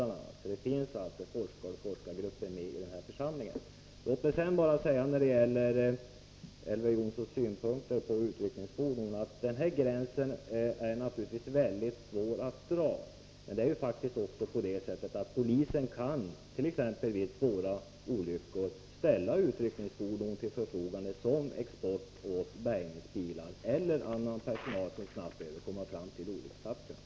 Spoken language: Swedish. Det finns alltså forskare och forskargrupper representerade i överläggningarna. Vidare vill jag säga, när det gäller Elver Jonssons synpunkter på bestämmelserna för utryckningsfordon, att gränsen naturligtvis är väldigt svår att dra. Men det är faktiskt på det sättet att polisen kan, t.ex. vid svåra olyckor, ställa utryckningsfordon till förfogande som eskort åt bärgningsbilar eller åt andra fordon, eller annan personal som snabbt behöver komma fram till en olycksplats.